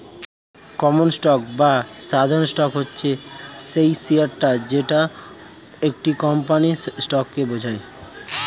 common stock বা সাধারণ stock হচ্ছে সেই শেয়ারটা যেটা একটা কোম্পানির স্টককে বোঝায়